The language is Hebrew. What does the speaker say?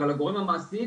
אבל הגורם המעסיק